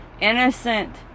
innocent